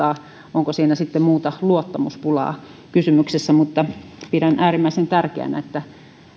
onko siinä sitten muu luottamuspula kysymyksessä pidän äärimmäisen tärkeänä että